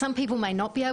שיש אנשים שלא מסוגלים